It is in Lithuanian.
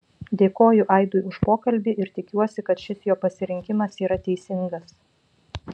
dėkoju aidui už pokalbį ir tikiuosi kad šis jo pasirinkimas yra teisingas